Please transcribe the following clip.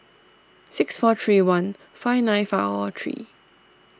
six four three one five nine five three